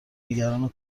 نگران